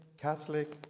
Catholic